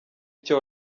icyo